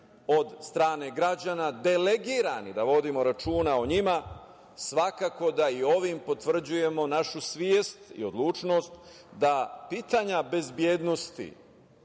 od strane građana, delegirani, da vodimo računa o njima, svakako da i ovim potvrđujemo našu svest i odlučnost da pitanja bezbednosti